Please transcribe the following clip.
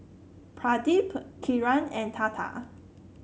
Pradip Kiran and Tata